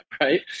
right